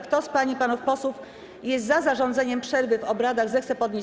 Kto z pań i panów posłów jest za zarządzeniem przerwy w obradach, zechce podnieść